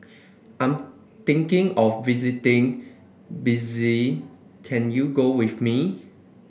I'm thinking of visiting can you go with me